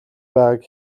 байгааг